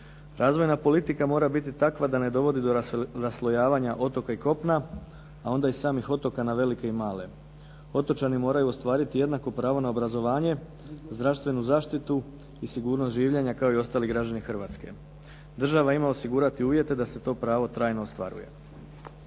Razvojna politika mora biti takva da ne dovodi do raslojavanja otoka i kopna, a onda i samih otoka na velike i male. Otočani moraju ostvariti jednako pravo na obrazovanje, zdravstvenu zaštitu i sigurnost življenja kao i ostali građani Hrvatske. Država ima osigurati uvjete da se to pravo trajno ostvaruje.